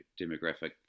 demographic